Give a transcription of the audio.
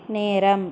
நேரம்